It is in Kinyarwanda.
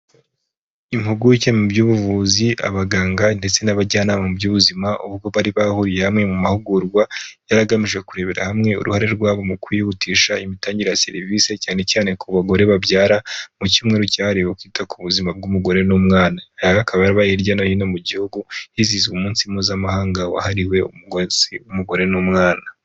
Impuguke mu by'ubuvuzi abaganga ndetse n'abajyanama mu by'ubuzima ubwo bari bahuriye hamwe mu mahugurwa yari agamije kurebera hamwe uruhare rwabo mu kwihutisha imitangire ya serivisi cyane cyane ku bagore babyara mu cyumweru cyahariwe kwita ku buzima bw'umugore n'umwana aya akaba hirya no hino mu gihugu hizihizwa umunsi mpuzamahanga wahariwe umugore n'umwana.